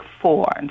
four